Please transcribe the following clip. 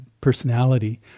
personality